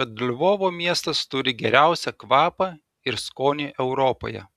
kad lvovo miestas turi geriausią kvapą ir skonį europoje